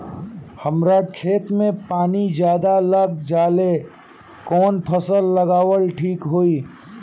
हमरा खेत में पानी ज्यादा लग जाले कवन फसल लगावल ठीक होई?